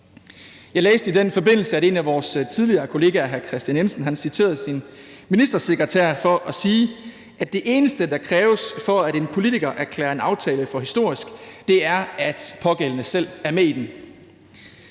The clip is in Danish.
Jeg læste i den forbindelse, at en af vores tidligere kollegaer hr. Kristian Jensen citerede sin ministersekretær for at sige, at det eneste, der kræves, for at en politiker erklærer en aftale for historisk, er, at pågældende selv er med i den.